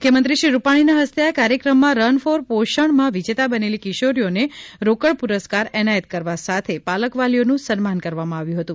મુખ્યમંત્રીશ્રી રૂપાણીના હસ્તે આ કાર્યક્રમમાં રન ફોર પોષણ માં વિજેતા બનેલી કિશોરીઓને રોકડ પુરસ્કાર એનાયત કરવા સાથે પાલક વાલીઓનું સન્માન કરવામાં આવ્યું હતું